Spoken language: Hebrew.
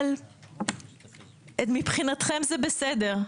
אבל מבחינתכם זה בסדר.